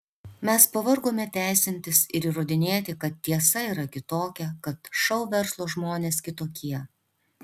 mes pavargome teisintis ir įrodinėti kad tiesa yra kitokia kad šou verslo žmonės kitokie